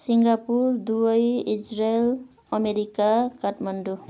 Singapore Dubai Israel America Kathmandu